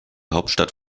hauptstadt